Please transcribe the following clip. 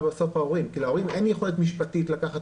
אני חושב שכדאי לנסות לראות איך אפשר לטייב את התהליך מול משרד העבודה,